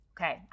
Okay